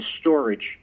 storage